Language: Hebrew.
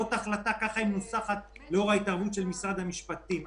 כך מנוסחת ההחלטה לאור ההתערבות של משרד המשפטים.